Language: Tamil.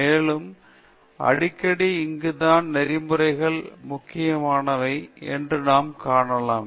மேலும் அடிக்கடி இங்குதான் நெறிமுறைகள் முக்கியமானவை என்று நாம் காணலாம்